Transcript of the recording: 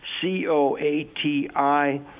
c-o-a-t-i